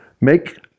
make